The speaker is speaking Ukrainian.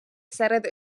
серед